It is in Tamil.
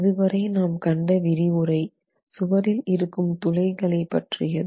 இதுவரை நாம் கண்ட விரிவுரை சுவரில் இருக்கும் துளைகளை பற்றியது